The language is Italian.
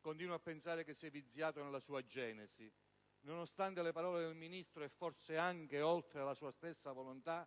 Continuo a pensare che sia viziato nella sua genesi. Nonostante le parole del Ministro, e forse anche oltre la sua stessa volontà,